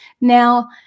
Now